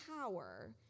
power